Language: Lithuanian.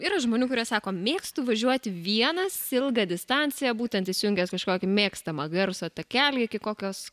yra žmonių kurie sako mėgstu važiuoti vienas ilgą distanciją būtent įsijungęs kažkokį mėgstamą garso takelį iki kokios